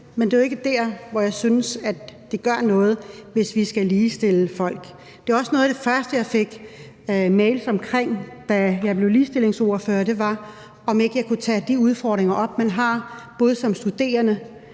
men det er jo ikke der, hvor jeg synes, at det gør noget, hvis vi skal ligestille folk. Det var også noget af det første, jeg fik mails om, da jeg blev ligestillingsordfører, nemlig om ikke jeg kunne tage de udfordringer op, man har, f.eks. når man som studerende